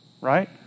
right